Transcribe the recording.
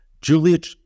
Juliet